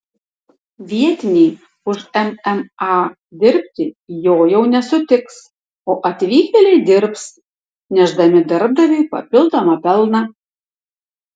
vietiniai už mma dirbti jo jau nesutiks o atvykėliai dirbs nešdami darbdaviui papildomą pelną